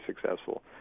successful